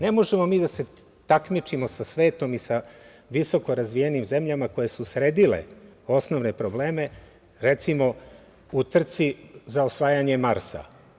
Ne možemo mi da se takmičimo sa svetom i sa visokorazvijenim zemljama koje su sredile osnovne probleme, recimo, u trci za osvajanje Marsa.